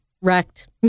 wrecked